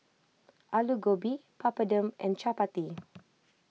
Alu Gobi Papadum and Chapati